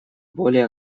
более